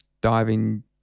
diving